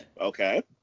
Okay